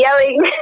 yelling